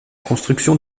construction